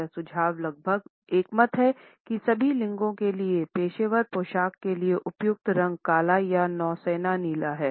यह सुझाव लगभग एकमत हैं कि सभी लिंगों के लिए पेशेवर पोशाक के लिए उपयुक्त रंग काला या नौसेना नीला है